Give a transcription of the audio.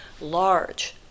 large